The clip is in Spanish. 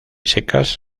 secas